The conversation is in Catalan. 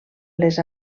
les